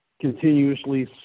continuously